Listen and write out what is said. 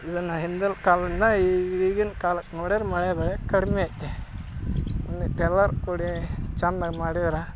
ಇದನ್ನು ಹಿಂದಿನ್ ಕಾಲದಿಂದ ಈ ಈಗಿನ ಕಾಲಕ್ಕೆ ನೋಡಿದ್ರ್ ಮಳೆ ಬೆಳೆ ಕಡಿಮೆ ಐತೆ ಇನ್ನು ಇಷ್ಟೆಲ್ಲ ಕೂಡಿ ಚಂದ ಮಾಡಿದ್ರೆ